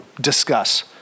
discuss